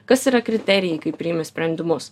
kas yra kriterijai kai priimi sprendimus